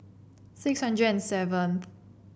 six hundred and seventh